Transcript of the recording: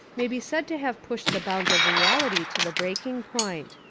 may be said to have pushed the bounds of reality to the breaking point.